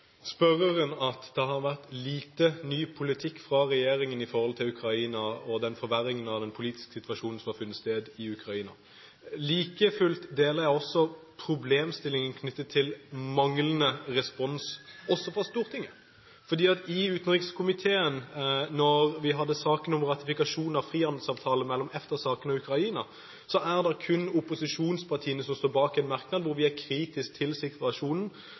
regjeringen når det gjelder Ukraina og den forverringen av den politiske situasjonen som har funnet sted i Ukraina. Like fullt deler jeg problemstillingen knyttet til manglende respons også fra Stortinget. I næringskomiteen, da vi hadde saken om ratifikasjon av en frihandelsavtale mellom EFTA-statene og Ukraina, er det kun opposisjonspartiene som står bak en merknad hvor vi er kritiske til situasjonen